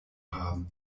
haben